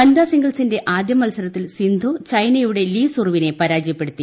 വനിതാ സിംഗിൾസിന്റെ ആദ്യമത്സരത്തിൽ സിന്ധുചൈനയുടെ ലീ സുറുവിനെ പരാജയപ്പെടുത്തി